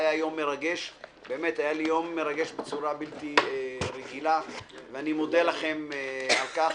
היה לי יום מרגש בצורה בלתי רגילה ואני מודה לכם על כך.